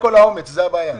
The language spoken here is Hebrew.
כל המקומות האלה,